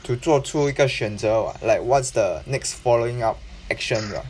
to 做出一个选择 what like what's the next following up action ah